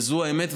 וזו האמת,